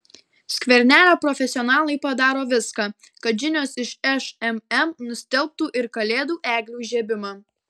skvernelio profesionalai padaro viską kad žinios iš šmm nustelbtų ir kalėdų eglių įžiebimą